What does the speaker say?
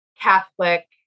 Catholic